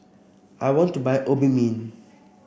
I want to buy Obimin